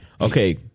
Okay